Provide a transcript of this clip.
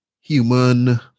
human